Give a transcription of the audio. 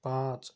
पाँच